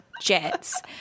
Jets